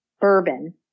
bourbon